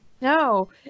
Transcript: No